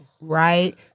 Right